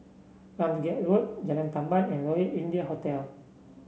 Ramsgate Road Jalan Tamban and Royal India Hotel